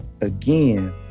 again